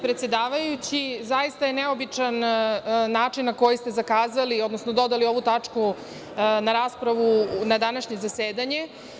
Zaista je neobičan način na koji ste zakazali, odnosno dodali ovu tačku na raspravu na današnje zasedanje.